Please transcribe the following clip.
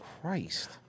Christ